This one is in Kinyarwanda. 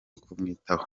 kumwitaho